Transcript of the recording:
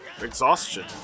exhaustion